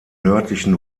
nördlichen